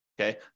okay